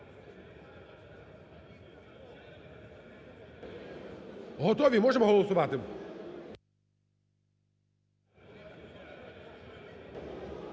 Готові? Можемо голосувати?